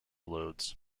loads